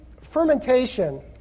fermentation